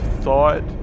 thought